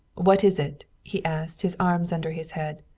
what is it? he asked, his arms under his head.